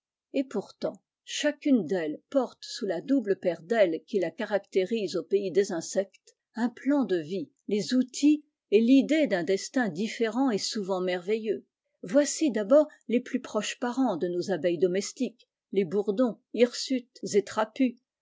et pourtant chacune d'elles porte sous la double paire d'ailes qui la caractérise au pays des insectes un plan de vie les outils et l'idée d'un destin diflférent et souvent merveilleux voici d'abord les plus proches parents de nos abeilles domestiques les bourdons hirsutes et trapus